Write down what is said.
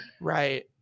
right